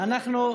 מיכאל,